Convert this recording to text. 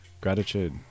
gratitude